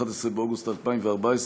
11 באוגוסט 2014,